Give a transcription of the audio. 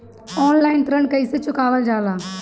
Online ऋण कईसे चुकावल जाला?